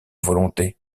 volonté